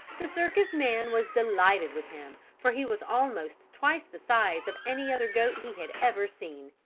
the circus-man was delighted with him for he was almost twice the size of any other goat he had ever seen,